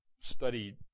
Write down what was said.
study